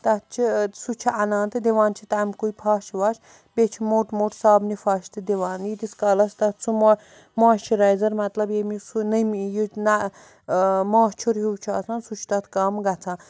تَتھ چھِ سُہ چھِ اَنان تہٕ دِوان چھِ تَمہِ کُے پھَش وَش بیٚیہِ چھِ موٚٹ موٚٹ صابنہِ پھَش تہِ دِوان ییٖتِس کالَس تَتھ سُہ مو مایِسچِرایزَر مطلب ییٚمِس سُہ نٔمی یہِ نہ ماچھُر ہیوٗ چھُ آسان سُہ چھُ تَتھ کَم گژھان